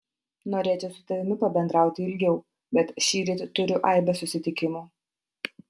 norėčiau su tavimi pabendrauti ilgiau bet šįryt turiu aibę susitikimų